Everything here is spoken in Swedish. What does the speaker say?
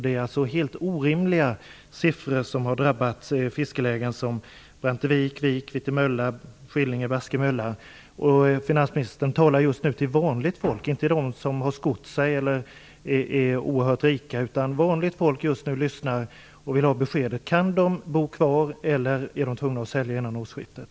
Det är alltså helt orimliga höjningar som har drabbat fiskelägen som Finansministern talar just nu till vanligt folk, inte till dem som har skott sig eller är oerhört rika. Vanligt folk som nu lyssnar vill ha besked om de kan bo kvar eller om de är tvungna att sälja före årsskiftet.